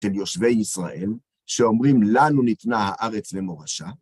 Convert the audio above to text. של יושבי ישראל שאומרים, לנו ניתנה הארץ למורשה